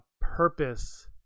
purpose